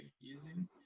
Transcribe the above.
using